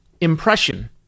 Impression